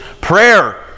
prayer